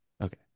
Okay